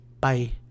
Bye